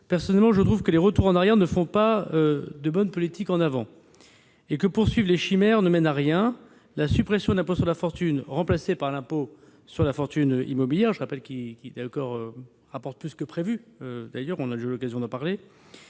Personnellement, je trouve que les retours en arrière ne font pas de bonnes politiques en avant, et que poursuivre les chimères ne mène à rien. La suppression de l'impôt sur la fortune, remplacé par l'impôt sur la fortune immobilière- je le rappelle, celui-ci rapporte plus que prévu, nous avons d'ailleurs eu l'occasion d'en parler